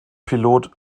pilot